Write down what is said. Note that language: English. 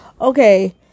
okay